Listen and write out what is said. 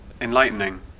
Enlightening